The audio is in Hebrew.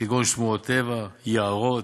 כגון שמורות טבע, יערות,